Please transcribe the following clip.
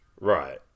Right